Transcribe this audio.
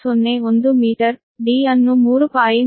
01 metre d ಅನ್ನು 3